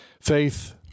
faith